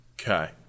Okay